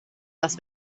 das